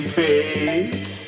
face